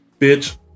bitch